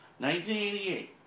1988